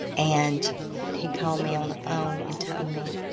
and he called me on the phone and told me